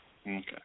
Okay